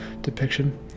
depiction